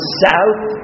south